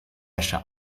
wäsche